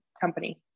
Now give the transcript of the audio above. company